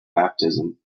baptism